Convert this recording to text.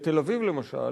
בתל-אביב למשל,